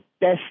best